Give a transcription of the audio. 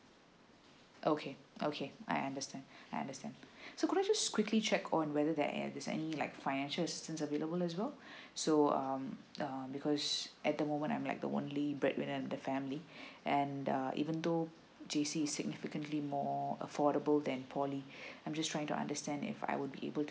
okay okay I understand I understand so can i just quickly check on whether there and is there any like financial systems available as well so um uh because at the moment I'm like the only bread winner of the family and the uh even though J_C significantly more affordable than poly I'm just trying to understand if I would be able to